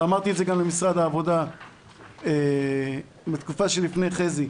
ואמרתי את זה גם למשרד העבודה בתקופה שלפני חזי,